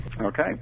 Okay